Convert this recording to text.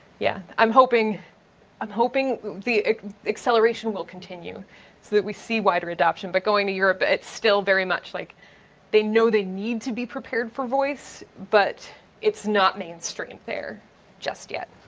yeah, i'm hoping um hoping the acceleration will continue so that we see wider adoption. but going to europe it's still very much like they know they need to be prepared for voice, but it's not mainstream there just yet.